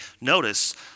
Notice